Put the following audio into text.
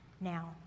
now